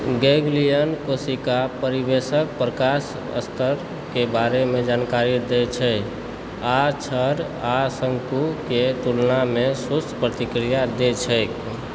ganglion कोशिका परिवेशक प्रकाश स्तरके बारेमे जानकारी दैत छै आ छड़ आ शंकुके तुलनामे सुस्त प्रतिक्रिया दैत छैक